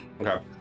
Okay